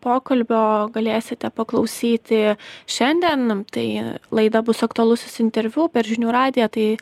pokalbio galėsite paklausyti šiandien tai laida bus aktualusis interviu per žinių radiją tai